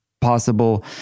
possible